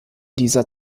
dieser